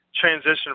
transition